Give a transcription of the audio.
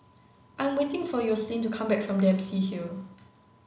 I'm waiting for Yoselin to come back from Dempsey Hill